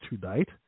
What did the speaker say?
tonight